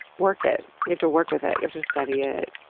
work it. you have to work with it. you have to study it.